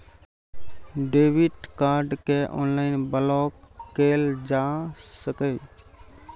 debit card कें online block कैल जा सकैए